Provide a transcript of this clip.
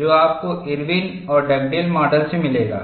जो आपको इरविन और डगडेल माडल से मिलेगा